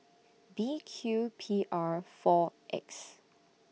B Q P R four X